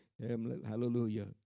Hallelujah